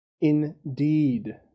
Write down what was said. Indeed